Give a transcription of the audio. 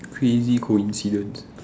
crazy coincidence